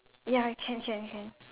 ya can can can